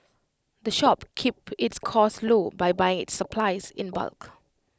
the shop keep its costs low by buying its supplies in bulk